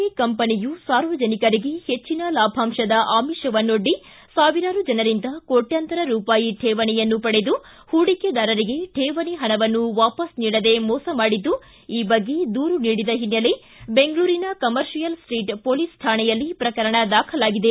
A ಕಂಪನಿಯು ಸಾರ್ವಜನಿಕರಿಗೆ ಹೆಚ್ಚಿನ ಲಾಭಾಂಶದ ಆಮಿಷವನ್ನೊಡ್ಡಿ ಸಾವಿರಾರು ಜನರಿಂದ ಕೋಟ್ಯಂತರ ರೂಪಾಯಿ ಕೇವಣಿಯನ್ನು ಪಡೆದು ಪೂಡಿಕೆದಾರರಿಗೆ ಕೇವಣಿ ಹಣವನ್ನು ವಾಪಸ್ ನೀಡದೇ ಮೋಸ ಮಾಡಿದ್ದು ಈ ಬಗ್ಗೆ ದೂರು ನೀಡಿದ ಹಿನ್ನೆಲೆ ಬೆಂಗಳೂರಿನ ಕಮರ್ಷಿಯಲ್ ಸ್ಷೀಟ್ ಪೊಲೀಸ್ ಠಾಣೆಯಲ್ಲಿ ಪ್ರಕರಣ ದಾಖಲಾಗಿದೆ